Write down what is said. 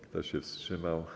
Kto się wstrzymał?